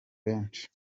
benshi